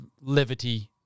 levity